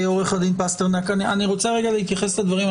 אני רוצה להתייחס לדברים.